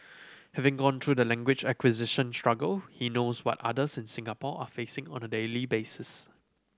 having gone through the language acquisition struggle he knows what others in Singapore are facing on a daily basis